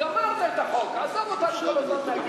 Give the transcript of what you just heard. גמרת את החוק, נגמר.